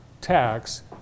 tax